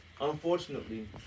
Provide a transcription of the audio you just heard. unfortunately